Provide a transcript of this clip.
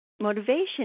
Motivation